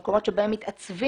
במקומות בהם מתעצבים